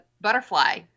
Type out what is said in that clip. butterfly